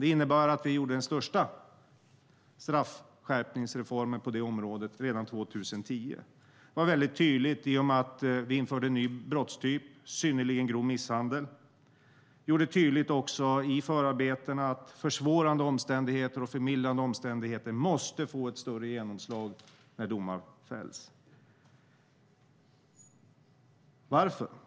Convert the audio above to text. Det innebar att vi gjorde den största straffskärpningsreformen på detta område redan 2010. Det var väldigt tydligt i och med att vi införde en ny brottstyp, synnerligen grov misshandel. Vi gjorde också tydligt i förarbetena att försvårande och förmildrande omständigheter måste få ett större genomslag när domar fälls. Varför?